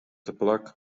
teplak